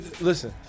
Listen